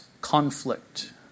conflict